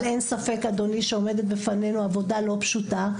אבל אין ספק אדוני, שעומדת בפנינו עבודה לא פשוטה,